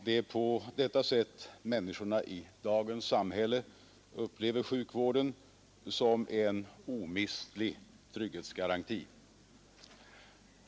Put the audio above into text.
Det är på detta sätt människorna i dagens samhälle upplever sjukvården som en omistlig trygghetsgaranti.